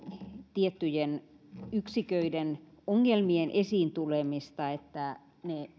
tiettyjen yksiköiden ongelmien esiin tulemista että